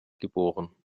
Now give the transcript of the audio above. geboren